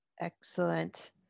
excellent